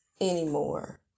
anymore